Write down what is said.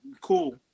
cool